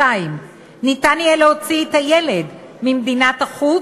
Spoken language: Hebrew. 2. ניתן יהיה להוציא את הילד ממדינת-החוץ